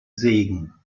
segen